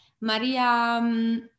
Maria